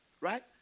right